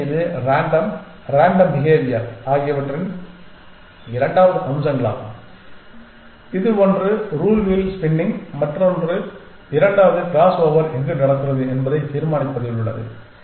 எனவே இது random random behaviour ஆகியவற்றின் இரண்டாவது அம்சங்களாகும் இது ஒன்று ரூல் வீல் ஸ்பின்னிங் மற்றும் இரண்டாவது கிராஸ்ஓவர் எங்கு நடக்கிறது என்பதை தீர்மானிப்பதில் உள்ளது